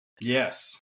Yes